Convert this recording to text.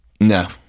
No